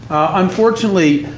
unfortunately,